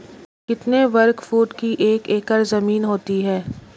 कितने वर्ग फुट की एक एकड़ ज़मीन होती है?